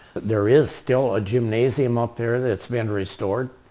there is still a gymnasium up there that's been restored.